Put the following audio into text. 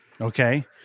Okay